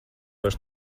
vairs